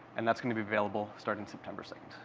and that's going to be available starting september second.